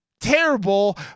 terrible